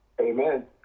Amen